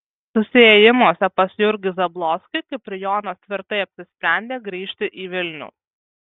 susiėjimuose pas jurgį zablockį kiprijonas tvirtai apsisprendė grįžti į vilnių